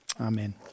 Amen